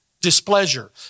displeasure